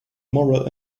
moral